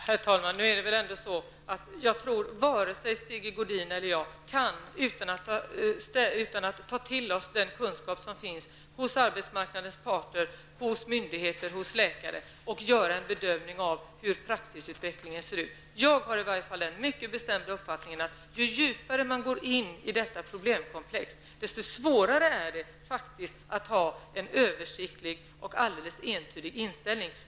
Herr talman! Jag tror inte att vare sig Sigge Godin eller jag, kan utan att ta till oss den kunskap som finns hos arbetsmarknadens parter, myndigheter och läkare, kan göra en bedömning av hur utvecklingen av praxis ser ut. Jag har den bestämda uppfattningen att ju djupare man går in i detta problemkomplex, desto svårare är det faktiskt att ha en översiktlig och alldeles entydig inställning.